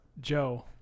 Joe